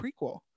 prequel